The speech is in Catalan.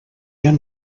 han